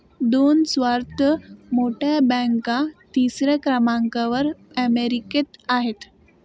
दोन सर्वात मोठ्या बँका तिसऱ्या क्रमांकावर अमेरिकेत आहेत